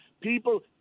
People